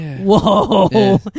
Whoa